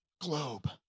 globe